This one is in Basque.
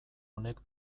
honek